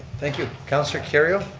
thank you. councilor kerrio.